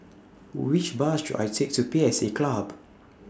Which Bus should I Take to P S A Club